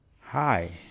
Hi